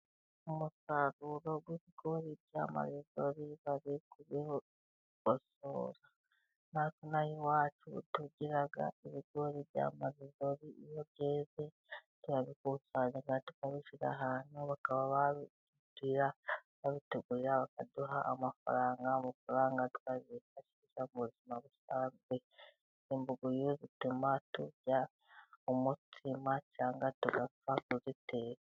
Umusaruro w'ibigori bya mayizori bari kubigosora. Natwe inaha iwacu tugira ibigori bya mayizori. Iyo byeze turabikusanya, tukawushyira ahantu, bakaba babitugurira ,bakaduha amafaranga. Amafaranga tukayifashisha mu buzima busanzwe. Imbuguyu zituma turya umutsima cyangwa tugapfa kuziteka.